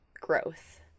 growth